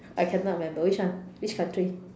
I cannot remember which one which country